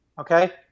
okay